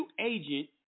agent